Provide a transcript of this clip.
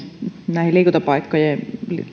näihin